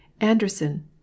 Anderson